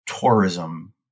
tourism